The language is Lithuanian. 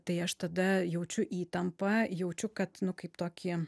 tai aš tada jaučiu įtampą jaučiu kad nu kaip tokį